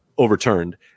overturned